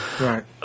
right